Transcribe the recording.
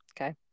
Okay